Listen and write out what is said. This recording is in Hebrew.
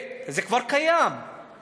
זה כבר קיים,